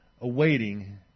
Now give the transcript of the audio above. awaiting